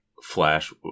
Flash